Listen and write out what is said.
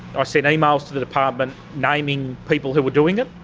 i sent emails to the department naming people who were doing it,